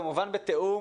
כמובן בתיאום.